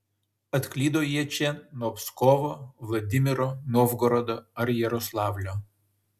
atklydo jie čia nuo pskovo vladimiro novgorodo ar jaroslavlio